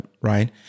Right